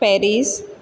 Paris